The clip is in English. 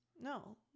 No